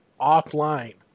offline